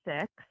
six